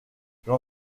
j’en